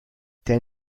der